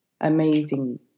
amazing